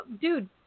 dude